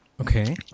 Okay